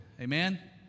Amen